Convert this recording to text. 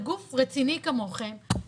גוף רציני כמוכם,